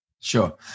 Sure